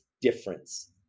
difference